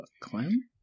Clem